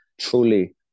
truly